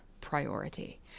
priority